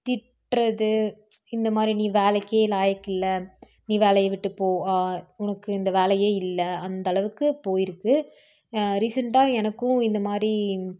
திட்டுறது இந்த மாதிரி நீ வேலைக்கே லாயிக்கு இல்லை நீ வேலையை விட்டு போ உனக்கு இந்த வேலையே இல்லை அந்த அளவுக்கு போயிருக்குது ரீசெண்டாக எனக்கும் இந்த மாதிரி